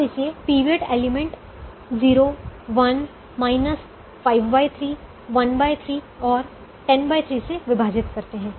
अब इसे pivot element 0 1 53 13 और 103 से विभाजित करते हैं